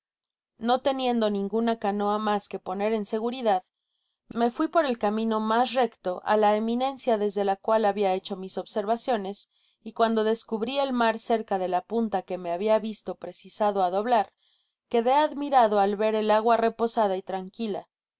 no teniendo ninguna canoa mas que poner en seguridad me fui por el camino mas recto á la eminencia desde la cual habia hecho mis observaciones cuando descubri el mar cerca de la punta que me habia visto precisado á doblar quedé admirado al ver ej agua reposada y tranquila